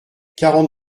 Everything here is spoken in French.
quarante